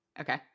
Okay